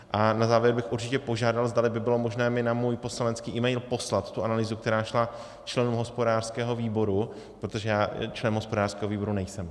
A na závěr bych určitě požádal, zdali by bylo možné mi na můj poslanecký email poslat analýzu, která šla členům hospodářského výboru, protože já členem hospodářského výboru nejsem.